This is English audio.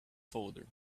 folder